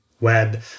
web